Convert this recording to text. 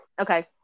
okay